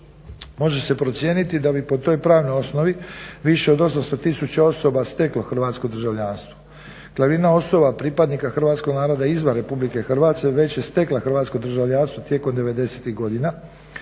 Može se procijeniti da po toj pravnoj osnovi više od 800 tisuća osoba steklo hrvatsko državljanstvo. Glavnina osoba pripadnika hrvatskog naroda izvan RH već je stekla hrvatsko državljanstvo tijekom devedesetih